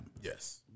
Yes